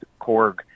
Korg